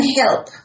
help